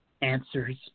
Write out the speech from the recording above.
Answers